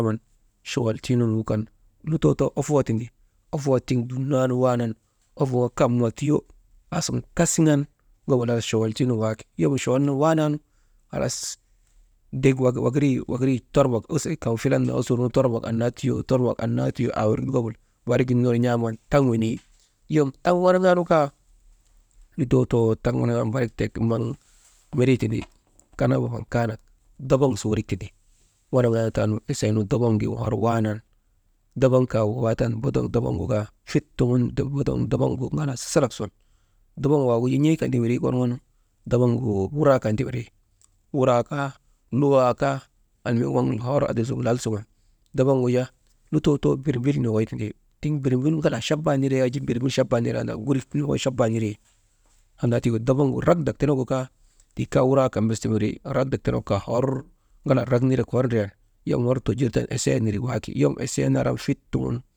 Chuwal tuunugu kan lutoo too ofoo tindi, ofoo tiŋ dumnan waanan ofoo kam ma tiyo aasun kasiŋan walaka chuwaltuu nun waaki, yom chuwaltuu nun waanaanu dek wakarii«hesitation» filan naa osur nu wakari tormbok annaa tiyo aawir ka gabul barik gin ner n̰aaman taŋ weneyi taŋ wanaŋaa tiyoonu, yom taŋ wanavaa nu kaa, lutoo too barik tiyoonu maŋ mindrii tindi, kanaa mabaŋ kaa nak dabaŋ su wurik milii tindi, wanaŋaataamu esee nu daŋgin hor waanan badaŋ kaa waawaataani dabaŋ gu kaa fit tuŋun «hesitation» ŋalaa sasalaa sun. Dabaŋ wuraa kan ti windrii, luwaa kaa almihin waŋgu hor adil suŋun lal suŋun dabaŋgu wujaa lutoo too birmbil nokoy tindi, birmbil ŋalaa chabaa niree yak jaa birmbil nirandaa, gurik nokoy chaba niree, annaa tika dabaŋgu rakdak tenegu kaa ti kaa wuraa kan ti windri, dardak tenegu joko, ŋalaa drak nirek hor ndian esee neri aa tawom esee hor neri waayi, yom esee naran fit tuŋun.